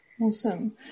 Awesome